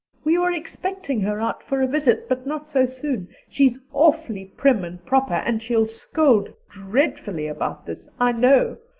we were expecting her out for a visit, but not so soon. she's awfully prim and proper and she'll scold dreadfully about this, i know.